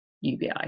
UBI